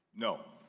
no.